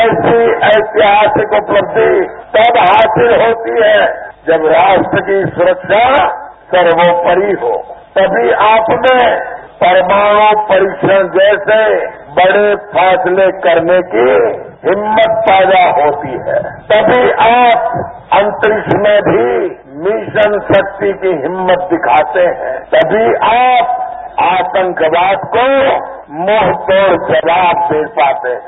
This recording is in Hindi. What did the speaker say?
ऐसी ऐतिहासिक उपलब्धि तब हासिल होती है जब राष्ट्र की सुरक्षा सर्वोपरि हो तभी आप में परमाणू परीक्षण जैसे बड़े फैसले करने की हिम्मत पैदा होती है तभी आप अंतरिक्ष में भी मिशन शक्ति की हिम्मत दिखाते हैं तभी आप आतंकवाद को मुंह तोड़ जवाब दे पाते हैं